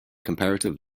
comparative